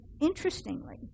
interestingly